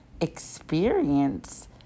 experience